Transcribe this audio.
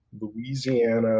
louisiana